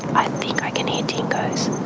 i think i can hear dingoes.